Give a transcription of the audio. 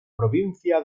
provincia